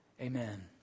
Amen